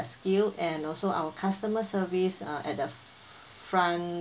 skill and also our customer service uh at the front